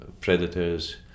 predators